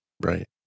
Right